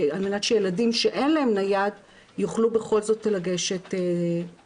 על מנת שילדים שאין להם טלפון נייד יוכלו בכל זאת לגשת לנציבות,